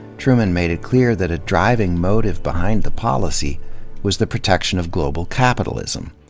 truman made it clear that a driving motive behind the policy was the protection of global capitalism,